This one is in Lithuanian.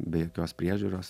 be jokios priežiūros